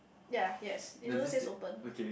ya yes it's also says open